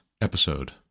episode